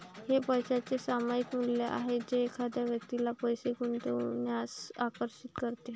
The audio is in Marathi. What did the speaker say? हे पैशाचे सामायिक मूल्य आहे जे एखाद्या व्यक्तीला पैसे गुंतवण्यास आकर्षित करते